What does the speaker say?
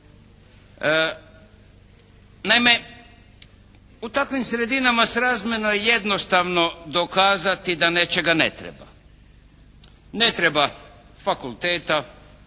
Naime, u takvim sredinama srazmjerno je jednostavno dokazati da nečega ne treba. Ne treba fakulteta,